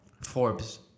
Forbes